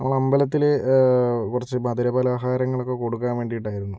നമ്മളമ്പലത്തില് കുറച്ച് മധുര പലഹാരങ്ങളൊക്കെ കൊടുക്കാന് വേണ്ടിയിട്ടായിരുന്നു